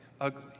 ugly